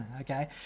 Okay